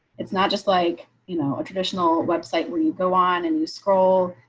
it's not just, like, you know, a traditional website where you go on and you scroll.